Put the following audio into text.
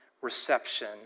reception